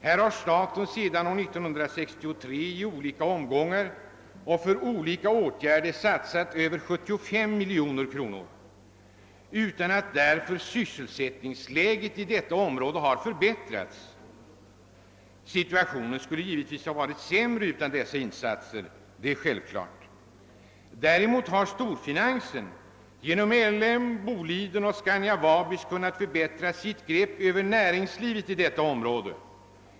Där har staten sedan 1963 i olika omgångar och för olika åtgärder satsat över 75 miljoner kronor utan att sysselsättningen därmed har förbättrats i området. Det är klart att situationen skulle ha varit sämre utan dessa insatser. Däremot har storfinansen genom LM Ericsson, Boliden och Scania-Vabis kunnat förbättra greppet över näringslivet i detta område.